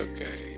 Okay